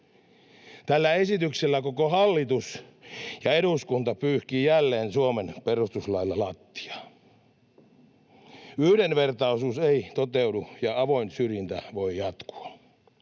Tällä esityksellään koko hallitus ja eduskunta pyyhkii jälleen Suomen perustuslailla lattiaa. Yhdenvertaisuus ei toteudu, ja avoin syrjintä voi jatkua.